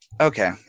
Okay